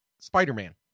Spider-Man